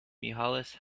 mihalis